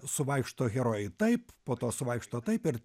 suvaikšto herojai taip po to suvaikšto taip ir